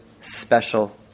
special